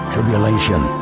Tribulation